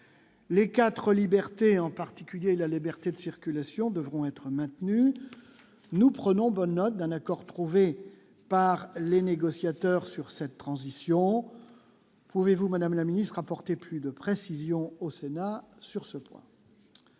les 4 libertés, en particulier la liberté de circulation devront être main. Nous, nous prenons bonne note d'un accord trouvé par les négociateurs sur cette transition, pouvez-vous, Madame la Ministre, apporter plus de précisions, au Sénat, sur ce point,